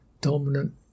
dominant